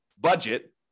budget